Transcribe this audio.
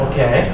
Okay